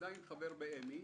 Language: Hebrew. ועדיין חבר באמ"י.